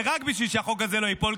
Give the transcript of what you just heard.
ורק בשביל שהחוק הזה לא ייפול,